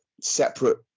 separate